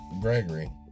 Gregory